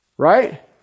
Right